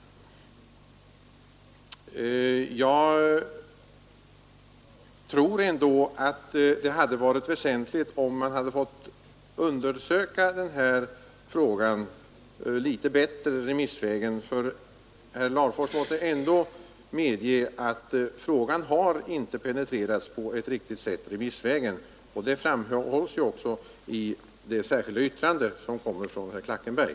Jag tror att det hade varit väsentligt att få undersöka den här frågan litet bättre remissvägen. Herr Larfors måste ändå medge att frågan inte penetrerats på ett riktigt sätt remissvägen. Det framhålls också i det särskilda yttrandet av herr Klackenberg.